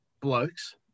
blokes